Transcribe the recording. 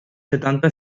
setanta